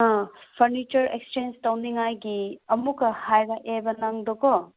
ꯑꯥ furniture exchange ꯇꯧꯅꯤꯡꯉꯥꯏꯒꯤ ꯑꯃꯨꯛꯀ ꯍꯥꯏꯔꯛꯑꯦꯕ ꯅꯪꯗꯣꯀꯣ